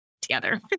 together